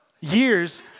years